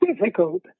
difficult